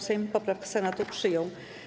Sejm poprawkę Senatu przyjął.